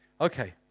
Okay